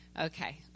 Okay